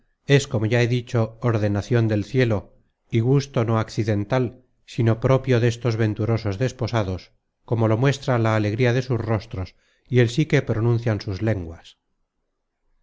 es como ya he dicho ordenacion del cielo y gusto no accidental sino propio destos venturosos desposados como lo muestra la alegría de sus rostros y el sí que pronuncian sus lenguas